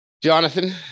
Jonathan